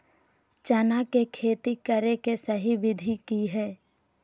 चना के खेती करे के सही विधि की हय?